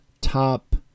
top